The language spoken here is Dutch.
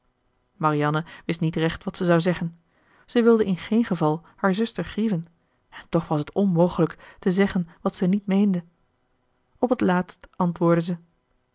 marianne wist niet recht wat ze zou zeggen zij wilde in geen geval haar zuster grieven en toch was het onmogelijk te zeggen wat ze niet meende op t laatst antwoordde ze